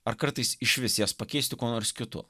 ar kartais išvis jas pakeisti kuo nors kitu